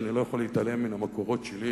ואני לא יכול להתעלם מן המקורות שלי,